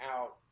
out